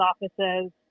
offices